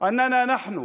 שאנחנו